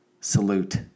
salute